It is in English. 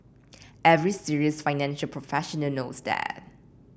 every serious financial professional knows that